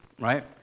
right